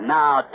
now